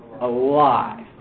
alive